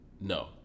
No